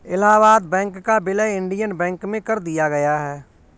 Allahabad bank का विलय Indian bank में कर दिया गया है